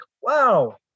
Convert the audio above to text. wow